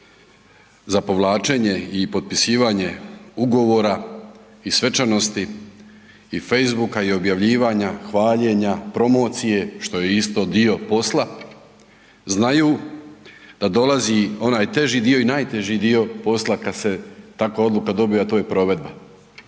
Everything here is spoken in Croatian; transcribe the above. za povlačenje i potpisivanje ugovora i svečanosti i facebooka i objavljivanja, hvaljenja, promocije što je isto dio posla znaju da dolazi onaj teži dio i onaj najteži dio posla kada se takva odluka dobije, a to je provedba.